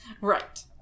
Right